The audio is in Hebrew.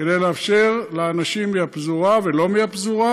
כדי לאפשר לאנשים מהפזורה ולא מהפזורה,